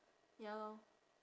ya lor